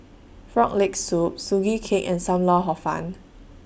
Frog Leg Soup Sugee Cake and SAM Lau Hor Fun